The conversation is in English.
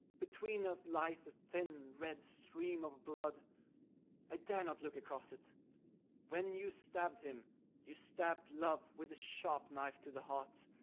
between us lies a thin red stream of blood i dare not look across it when you stabbed him you stabbed love with a sharp knife to the heart.